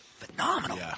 Phenomenal